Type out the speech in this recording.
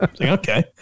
Okay